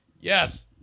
yes